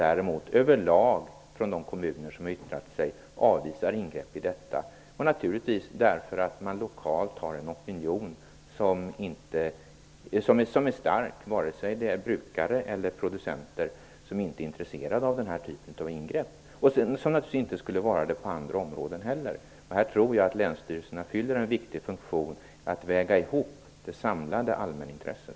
Från de kommuner som yttrat sig avvisas däremot över lag ingrepp i detta. Det beror naturligtvis på att man lokalt har en stark opinion, vare sig det gäller brukare eller producenter. De är inte intresserade av sådana här ingrepp, och skulle inte vara det på andra områden heller. Här tror jag länsstyrelserna fyller en viktig funktion för att väga ihop det samlade allmänintresset.